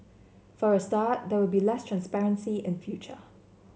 for a start there will be less transparency in future